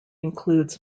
includes